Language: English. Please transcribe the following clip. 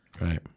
Right